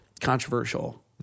controversial